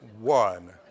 one